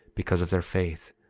because of their faith,